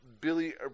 Billy